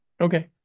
Okay